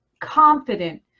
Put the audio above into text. confident